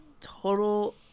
total